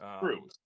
True